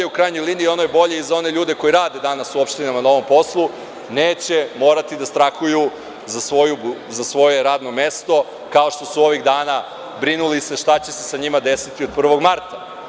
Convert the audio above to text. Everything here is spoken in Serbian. U krajnjoj liniji, ono je bolje i za one ljude koji rade danas u opštinama na ovom poslu, jer neće morati da strahuju za svoje radno mesto, kao što su se ovih dana brinuli šta će se sa njima desiti od 1. marta.